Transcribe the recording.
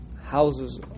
houses